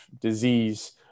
disease